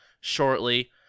shortly